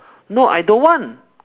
no I don't want